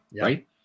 Right